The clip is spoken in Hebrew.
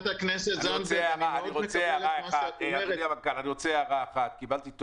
הוא אמר שבפעם הבאה שהם יביאו את